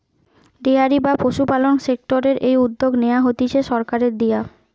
dairy বা পশুপালন সেক্টরের এই উদ্যগ নেয়া হতিছে সরকারের দিয়া